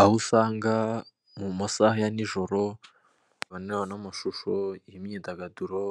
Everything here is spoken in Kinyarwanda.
Aho usanga mu masaha ya nijoro abantu bareba n'amashusho y'imyidagaduro,